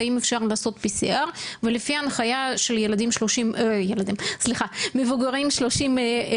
האם אפשר לעשות PCR ולפי ההנחיה של מבוגרים 30+,